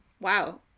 Wow